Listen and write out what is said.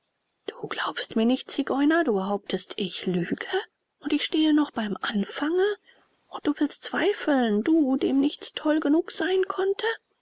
du glaubst mir nicht zigeuner du behauptest ich lüge und ich stehe noch beim anfange und du willst zweifeln du dem nichts toll genug sein konnte